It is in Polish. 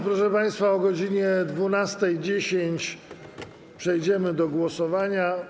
Proszę państwa, o godz. 12.10 przejdziemy do głosowania.